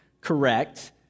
correct